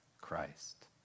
Christ